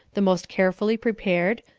the most carefully prepared,